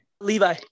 Levi